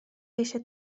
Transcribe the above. eisiau